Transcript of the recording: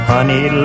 Honey